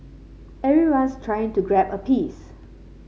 everyone's trying to grab a piece